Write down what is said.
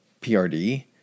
PRD